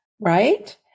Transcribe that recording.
right